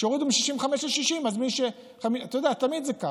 כשהורידו מ-65 ל-60, אתה יודע, תמיד זה ככה.